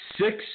six